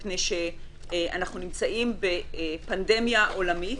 מפני שאנחנו נמצאים בפנדמיה עולמית.